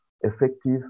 effective